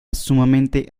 sumamente